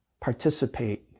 participate